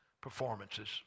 performances